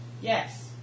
Yes